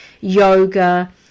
yoga